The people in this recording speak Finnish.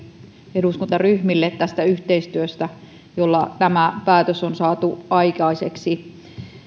eduskuntaryhmille tästä yhteistyöstä jolla tämä päätös on saatu aikaiseksi